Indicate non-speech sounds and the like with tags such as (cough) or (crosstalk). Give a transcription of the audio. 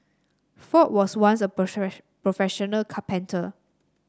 ford was once a (unintelligible) professional carpenter